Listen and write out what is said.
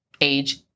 age